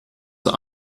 zur